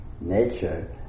nature